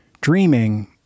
Dreaming